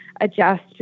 adjust